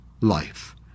life